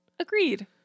Agreed